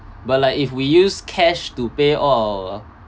but like if we use cash to pay all